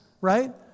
right